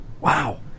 Wow